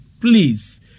please